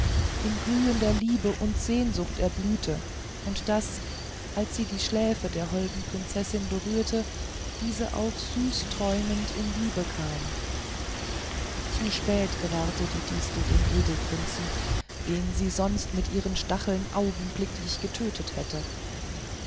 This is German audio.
in glühender liebe und sehnsucht erblühte und daß als sie die schläfe der holden prinzessin berührte diese auch süß träumend in liebe kam zu spät gewahrte die distel den egelprinzen den sie sonst mit ihren stacheln augenblicklich getötet hätte